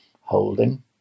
holding